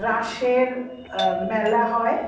রাসের মেলা হয়